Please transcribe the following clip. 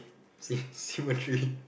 sy~ symmetry